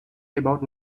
about